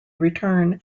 return